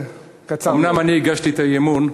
אומנם אני הגשתי את האי-אמון,